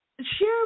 share